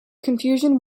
confusion